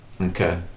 Okay